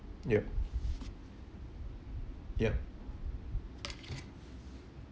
yup yup